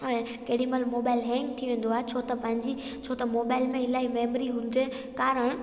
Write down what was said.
ऐं केॾी महिल मोबाइल हैंग थी वेंदो आहे छो त पंहिंजी छो त मोबाइल में इलाही मेमरी हुनजे कारण